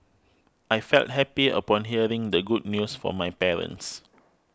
I felt happy upon hearing the good news from my parents